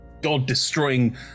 God-destroying